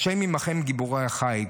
ה' עימכם, גיבורי החיל.